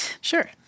sure